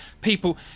people